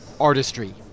artistry